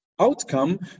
outcome